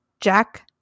Jack